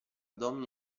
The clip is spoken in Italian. domina